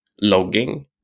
logging